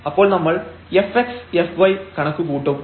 അപ്പോൾ നമ്മൾ fx fy കണക്ക് കൂട്ടും